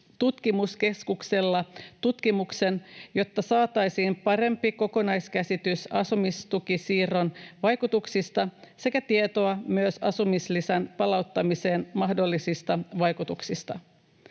tutkimuskeskuksella tutkimuksen, jotta saataisiin parempi kokonaiskäsitys asumistukisiirron vaikutuksista sekä tietoa myös asumislisän palauttamisen mahdollisista vaikutuksista.